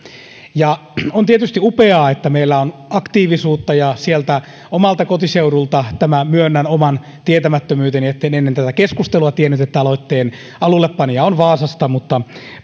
on tietysti upeaa että meillä on aktiivisuutta tämä on sieltä omalta kotiseudultani myönnän oman tietämättömyyteni etten ennen tätä keskustelua tiennyt että tämä aloitteen alullepanija on vaasasta mutta